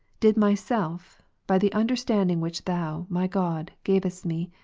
did myself, by the understanding which thou, my god, gavest me,